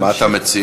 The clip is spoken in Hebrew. מה אתה מציע?